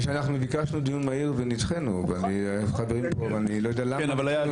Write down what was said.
אחרי שביקשנו דיון מהיר ונדחינו החברים פה ואני לא יודע למה.